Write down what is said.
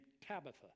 Tabitha